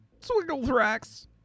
Swigglethrax